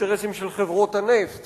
אינטרסים של חברות הנפט